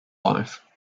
life